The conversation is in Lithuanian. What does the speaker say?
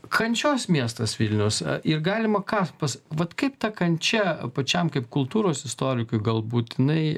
kančios miestas vilnius ir galima ką pas vat kaip ta kančia pačiam kaip kultūros istorikui galbūt jinai